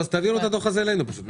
תעבירו את הדוח הזה גם אלינו.